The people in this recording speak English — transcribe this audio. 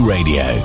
Radio